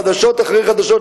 חדשות אחרי חדשות,